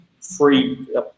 free